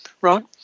Ron